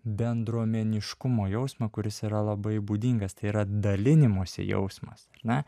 bendruomeniškumo jausmą kuris yra labai būdingas tai yra dalinimosi jausmas ar ne